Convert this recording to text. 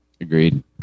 Agreed